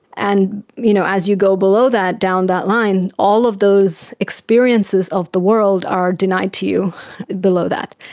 and you know as you go below that, down that line, all of those experiences of the world are denied to you below that,